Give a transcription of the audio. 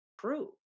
true